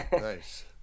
Nice